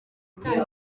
bijyiye